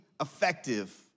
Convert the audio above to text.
effective